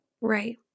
Right